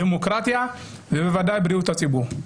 דמוקרטיה ובוודאי בריאות הציבור.